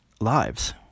lives